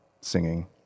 singing